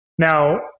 Now